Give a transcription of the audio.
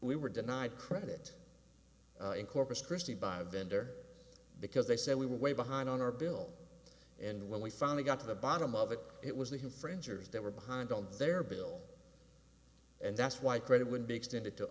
we were denied credit in corpus christi by a vendor because they said we were way behind on our bill and when we finally got to the bottom of it it was the infringers that were behind on their bill and that's why credit would be extended to